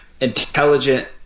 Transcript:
intelligent